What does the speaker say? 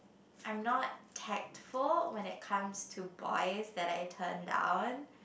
I'm not tactful when it comes to boys that I turn down